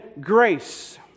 grace